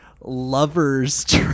lovers